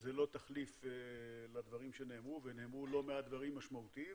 זה לא תחליף לדברים שנאמרו ונאמרו לא מעט דברים משמעותיים.